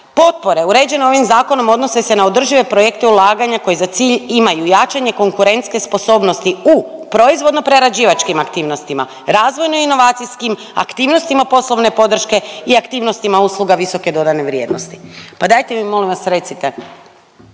Potpore uređene ovim zakonom odnose se na održive projekte ulaganja koji za cilj imaju jačanje konkurentske sposobnosti u proizvodno prerađivačkim aktivnostima, razvojno-inovacijskim aktivnostima poslovne podrške i aktivnostima usluga visoke dodane vrijednosti. Pa dajte mi molim vas recite